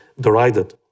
derided